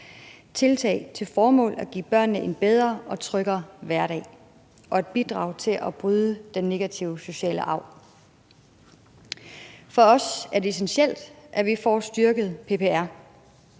tiltag med det formål at give børnene en bedre og tryggere hverdag og at bidrage til at bryde den negative sociale arv. For os er det essentielt, at vi får styrket PPR.